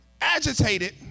agitated